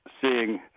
seeing